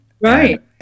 Right